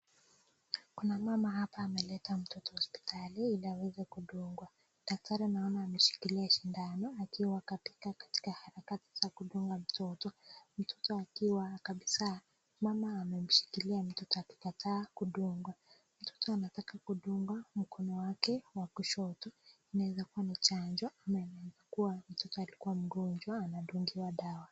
Kuna mama hapa ameleta mtoto hospitali ili aweze kudungwa. Daktari naona ameshikilia shindano akiwa katika harakati za kumdunga mtoto. Mtoto akiwa kabisa, mama amemshikilia mtoto akikataa kudungwa. Mtoto anataka kudungwa mkono wake wa kushoto. Inaweza kuwa ni chanjo ama inaweza kuwa mtoto alikuwa mgonjwa anadungiwa dawa.